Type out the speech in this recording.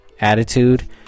attitude